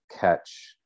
catch